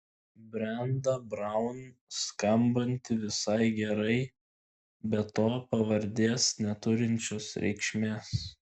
brenda braun skambanti visai gerai be to pavardės neturinčios reikšmės